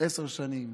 עשר שנים